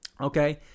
okay